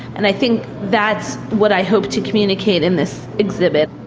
and i think that's what i hope to communicate in this exhibit.